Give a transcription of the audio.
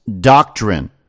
doctrine